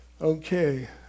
Okay